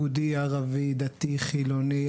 יהודי/ערבי/דתי/חילוני.